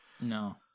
No